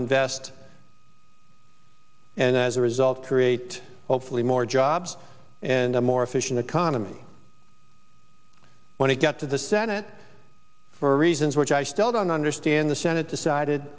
invest and as a result create hopefully more jobs and a more efficient economy when it got to the senate for reasons which i still don't understand the senate decided